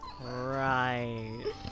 Right